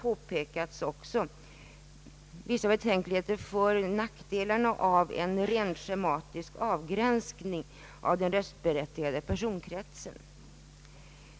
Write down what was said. Man har också påpekat nackdelarna av en schematisk avgränsning av den röstberättigade personkretsen.